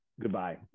Goodbye